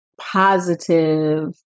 positive